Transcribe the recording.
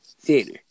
theater